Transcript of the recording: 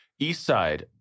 Eastside